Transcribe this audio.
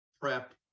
prep